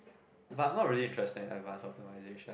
but I'm not really interested in advance optimisation